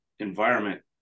environment